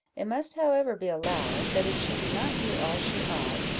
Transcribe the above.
it must however be allowed, that if she did not do all she ought,